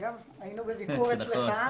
אגב היינו בביקור אצלך,